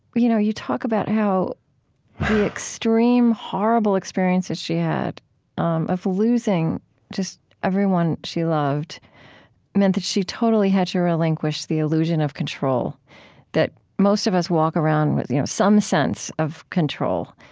you know you talk about how the extreme horrible experiences she had um of losing just everyone she loved meant that she totally had to relinquish the illusion of control that most of us walk around with you know some sense of control.